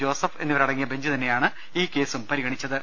Joseph എന്നിവരടങ്ങിയ bench തന്നെയാണ് ഈ കേസും പരിഗണിച്ചത്